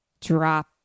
drop